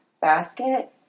basket